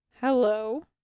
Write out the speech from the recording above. Hello